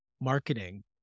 marketing